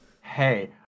Hey